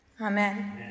Amen